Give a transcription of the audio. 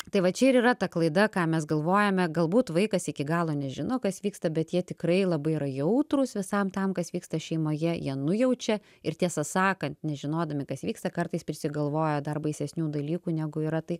tai va čia ir yra ta klaida ką mes galvojame galbūt vaikas iki galo nežino kas vyksta bet jie tikrai labai yra jautrūs visam tam kas vyksta šeimoje jie nujaučia ir tiesą sakant nežinodami kas vyksta kartais prisigalvoja dar baisesnių dalykų negu yra tai